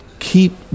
keep